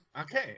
Okay